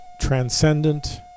transcendent